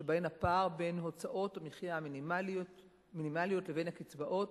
שבהן הפער בין הוצאות המחיה המינימליות לבין הקצבאות